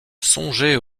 songez